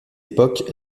époque